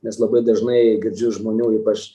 nes labai dažnai girdžiu iš žmonių ypač